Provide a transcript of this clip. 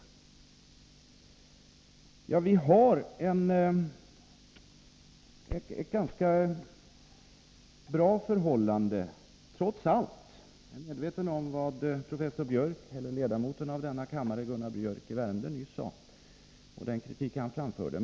Vi har ganska bra förhållanden i sjukvården — trots allt. Jag är medveten om vad professor Biörck, ledamoten av denna kammare Gunnar Biörck i Värmdö, nyss sade och den kritik han framförde.